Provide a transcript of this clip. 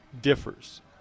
differs